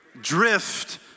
Drift